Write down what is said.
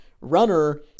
runner